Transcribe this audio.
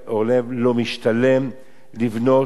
לא משתלם לבנות קומה אחת.